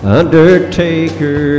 undertaker